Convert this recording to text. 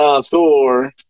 Thor